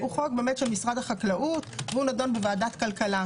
הוא חוק של משרד החקלאות ונדון בוועדת הכלכלה,